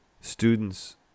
students